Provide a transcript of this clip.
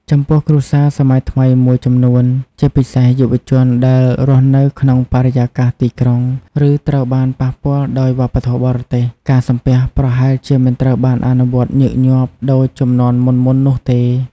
ចំពោះគ្រួសារសម័យថ្មីមួយចំនួន ជាពិសេសយុវជនដែលរស់នៅក្នុងបរិយាកាសទីក្រុង ឬត្រូវបានប៉ះពាល់ដោយវប្បធម៌បរទេស ការសំពះប្រហែលជាមិនត្រូវបានអនុវត្តញឹកញាប់ដូចជំនាន់មុនៗនោះទេ។